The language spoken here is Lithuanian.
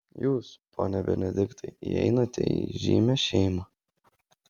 jūs pone benediktai įeinate į įžymią šeimą